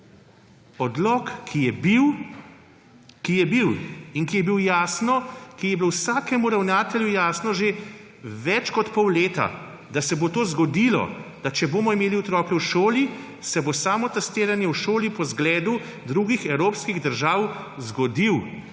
Odlok, ki je bil in ko je bilo vsakemu ravnatelju jasno že več kot pol leta, da se bo to zgodilo, da če bomo imeli otroke v šoli, se bo samotestiranje v šoli po zgledu drugih evropskih držav zgodilo.